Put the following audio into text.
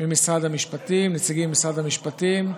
ממשרד המשפטים, נציגים ממשרד המשפטים,